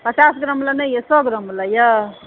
पचास ग्राम वाला नहि यऽ सए ग्राम वाला यऽ